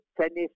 tennis